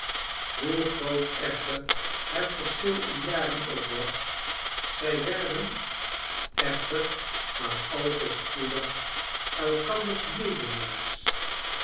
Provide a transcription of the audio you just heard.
hoe groot echter het verschil in jaren ook was zij werden echter maar al te spoedig elkanders medeminnaars